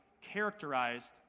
characterized